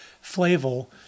Flavel